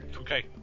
Okay